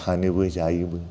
फानोबो जायोबो